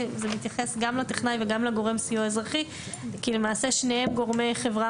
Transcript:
זה מתייחס גם לטכנאי וגם לגורם סיוע אזרחי כי למעשה שניהם גורמי חברה